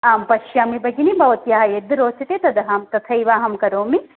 आं पश्यामि भगिनि भवत्याः यद् रोचते तदहं तथैव अहं करोमि